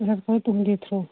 اَسہِ حظ کَرو تُہٕنٛدِ تھرٛوٗ